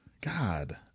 God